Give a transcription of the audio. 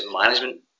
management